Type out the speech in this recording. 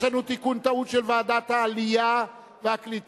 יש לנו תיקון טעות של ועדת העלייה והקליטה.